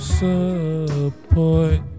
support